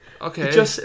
Okay